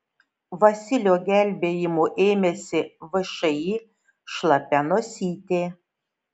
vasilio gelbėjimo ėmėsi všį šlapia nosytė